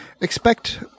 expect